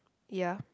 ya